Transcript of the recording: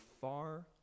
far